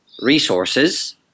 resources